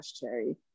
cherry